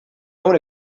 own